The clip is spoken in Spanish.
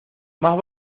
más